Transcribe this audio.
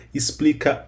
explica